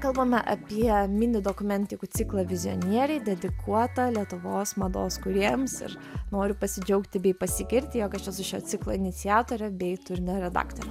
kalbame apie mini dokumentikų ciklą vizionieriai dedikuotą lietuvos mados kūrėjams ir noriu pasidžiaugti bei pasigirti jog aš esu šio ciklo iniciatorė bei turinio redaktorė